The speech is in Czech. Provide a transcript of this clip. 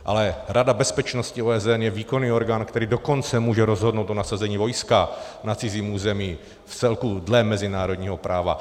Ale Rada bezpečnosti OSN je výkonný orgán, který dokonce může rozhodnout o nasazení vojska na cizím území vcelku dle mezinárodního práva.